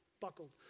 buckled